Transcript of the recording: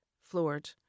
floored